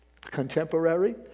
contemporary